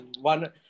one